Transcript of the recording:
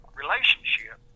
relationship